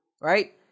right